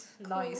nice